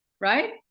right